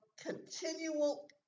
continual